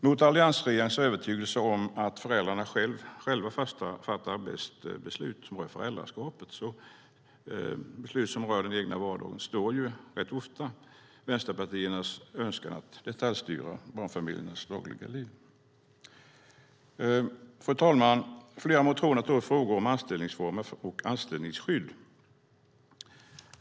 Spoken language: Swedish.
Mot alliansregeringens övertygelse om att föräldrarna själva fattar de bästa besluten om föräldraskapet i vardagen står rätt ofta vänsterpartiernas önskan att detaljstyra barnfamiljernas dagliga liv. Fru talman! Flera motioner tar upp frågor om anställningsformer och anställningsskydd.